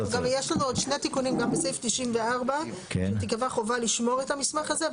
יש לנו גם שני תיקונים גם בסעיף 94 שתיקבע חובה לשמור את המסמך הזה.